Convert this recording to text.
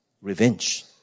Revenge